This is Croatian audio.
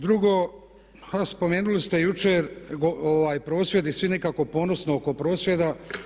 Drugo, spomenuli ste jučer prosvjed i svi nekako ponosno oko prosvjeda.